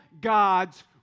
God's